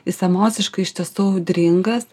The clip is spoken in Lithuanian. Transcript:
jis emociškai iš tiesų audringas